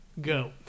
Go